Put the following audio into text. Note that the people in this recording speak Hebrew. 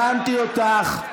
הבנתי אותך.